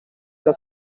the